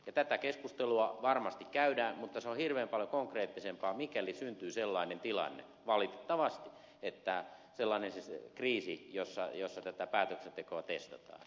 tätä keskustelua varmasti käydään mutta se on hirveän paljon konkreettisempaa mikäli syntyy sellainen kriisi valitettavasti jossa tätä päätöksentekoa testataan